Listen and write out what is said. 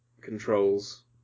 controls